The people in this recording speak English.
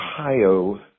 Ohio